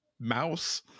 Mouse